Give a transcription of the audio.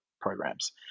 programs